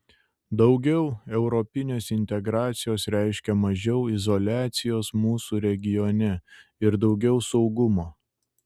daugiau europinės integracijos reiškia mažiau izoliacijos mūsų regione ir daugiau saugumo